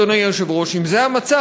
אדוני היושב-ראש: אם זה המצב,